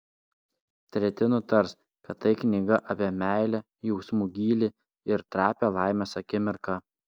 treti nutars kad tai knyga apie meilę jausmų gylį ir trapią laimės akimirką